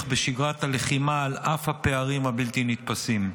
בשגרת הלחימה על אף הפערים הבלתי-נתפסים.